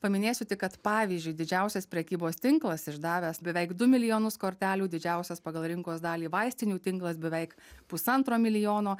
paminėsiu tik kad pavyzdžiui didžiausias prekybos tinklas išdavęs beveik du milijonus kortelių didžiausias pagal rinkos dalį vaistinių tinklas beveik pusantro milijono